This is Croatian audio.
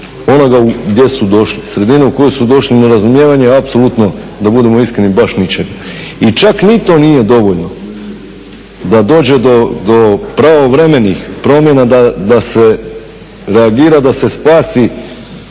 onoga gdje su došli, sredine u koju su došli, nerazumijevanje apsolutno da budemo iskreni baš ničega. I čak ni to nije dovoljno da dođe do pravovremenih promjena da se reagira da se spase